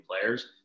players